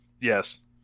yes